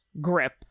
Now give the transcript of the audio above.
grip